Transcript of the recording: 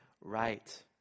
right